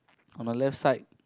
on the left side